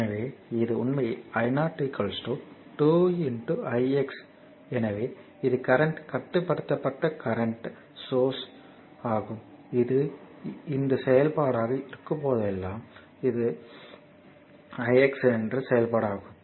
எனவே இது உண்மையில் i 0 2 i x எனவே இது கரண்ட் கட்டுப்படுத்தப்பட்ட கரண்ட் சோர்ஸ் ஆகும் இது இந்த செயல்பாடாக இருக்கும்போதெல்லாம் அது கரண்ட் i x இன் செயல்பாடாகும்